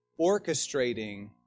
orchestrating